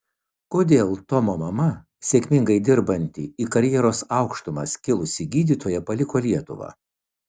kodėl tomo mama sėkmingai dirbanti į karjeros aukštumas kilusi gydytoja paliko lietuvą